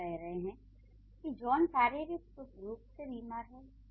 आप कह रहे हैं कि जॉन शारीरिक रूप से बीमार है